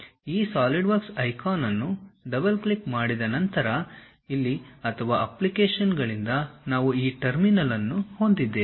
ಈ SolidWorks icon ಅನ್ನು double click ಮಾಡಿದ ನಂತರ ಇಲ್ಲಿ ಅಥವಾ ಅಪ್ಲಿಕೇಶನ್ಗಳಿಂದ ನಾವು ಈ ಟರ್ಮಿನಲ್ ಅನ್ನು ಹೊಂದಿದ್ದೇವೆ